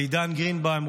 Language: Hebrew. לעידן גרינבאום,